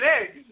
eggs